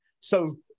So-